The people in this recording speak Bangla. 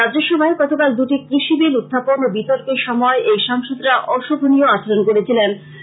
রাজ্যসভায় গতকাল দুটি কৃষি বিল উখাপন ও বিতর্কের সময় এই সাংসদরা অশোভনীয় আচরন করেছিলেন